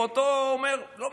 אומר: נו,